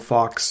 Fox